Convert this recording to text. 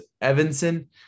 Evanson